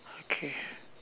okay